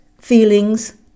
feelings